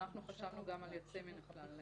ואנחנו חשבנו גם על יוצאים מן הכלל.